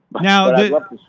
Now